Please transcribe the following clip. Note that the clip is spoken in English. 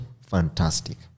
fantastic